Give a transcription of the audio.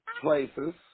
places